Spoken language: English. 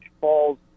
falls